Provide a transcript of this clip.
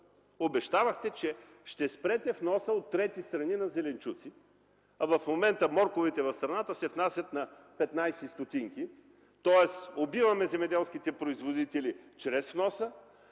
обещавахте, че ще спрете вноса от трети страни на зеленчуци, а в момента морковите в страната се внасят на 0,15 лв., тоест убиваме земеделските производители чрез вноса